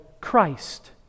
Christ